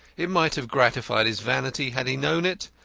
it might have gratified his vanity had he known it.